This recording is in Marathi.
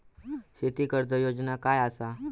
शेती कर्ज योजना काय असा?